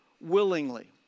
willingly